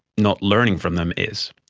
not learning from them is.